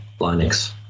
Linux